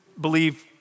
believe